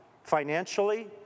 Financially